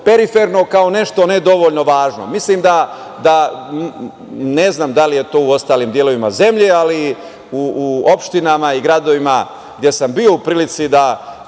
periferno, kao nešto ne dovoljno važno. Ne znam da li je tako u ostalim delovima zemlje, ali u opštinama i gradovima gde sam bio u prilici da